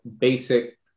basic